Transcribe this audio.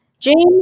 James